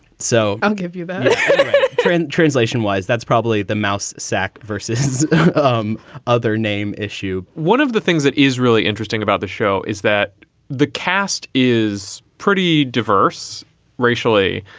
so i'll give you that print translation wise that's probably the mouse sacc versus um other name issue one of the things that is really interesting about the show is that the cast is pretty diverse racially,